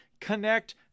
connect